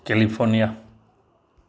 California